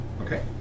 Okay